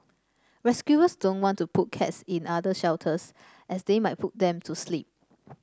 rescuers don't want to put cats in other shelters as they might put them to sleep